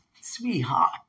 sweetheart